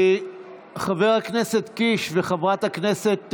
חבר הכנסת קיש וחברת הכנסת,